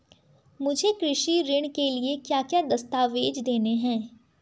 मुझे कृषि ऋण के लिए क्या क्या दस्तावेज़ देने हैं?